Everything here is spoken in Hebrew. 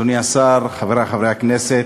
אדוני השר, חברי חברי הכנסת,